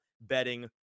betting